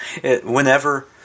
whenever